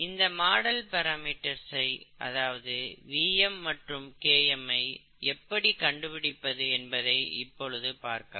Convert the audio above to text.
இந்த மாடல் பிராமீட்டர்ஸ்ஐ அதாவது Vm மற்றும் Km எப்படி கண்டுபிடிப்பது என்பதை இப்பொழுது பார்க்கலாம்